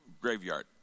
graveyard